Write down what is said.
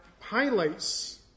highlights